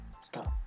Stop